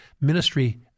ministry